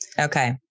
okay